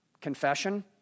Confession